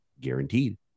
guaranteed